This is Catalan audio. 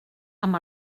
amb